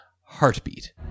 Heartbeat